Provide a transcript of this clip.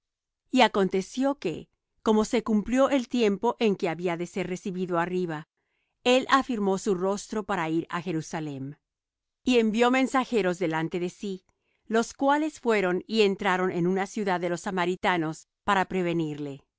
y aconteció que como se cumplió el tiempo en que había de ser recibido arriba él afirmó su rostro para ir á jerusalem y envió mensajeros delante de sí los cuales fueron y entraron en una ciudad de los samaritanos para prevenirle